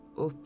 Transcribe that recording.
up